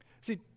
See